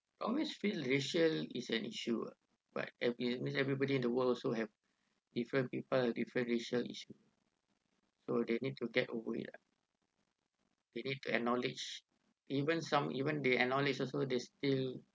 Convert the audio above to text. always feel racial is an issue ah but again means everybody in the world also have different people have different racial issue so they need to get over it lah they need to acknowledge even some even they acknowledge also they still